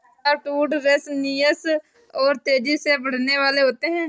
softwood resinous और तेजी से बढ़ने वाले होते हैं